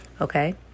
Okay